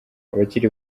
abakiri